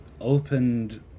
opened